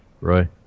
Roy